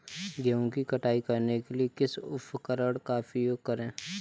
गेहूँ की कटाई करने के लिए किस उपकरण का उपयोग करें?